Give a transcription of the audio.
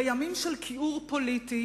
בימים של כיעור פוליטי